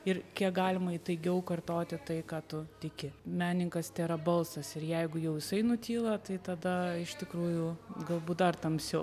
ir kiek galima įtaigiau kartoti tai ką tu tiki menininkas tėra balsas ir jeigu jau jisai nutyla tai tada iš tikrųjų galbūt dar tamsiau